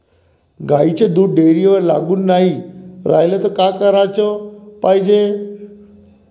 गाईचं दूध डेअरीवर लागून नाई रायलं त का कराच पायजे?